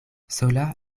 sola